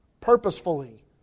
purposefully